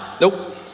Nope